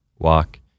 walk